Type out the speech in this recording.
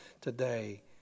today